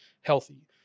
healthy